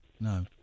No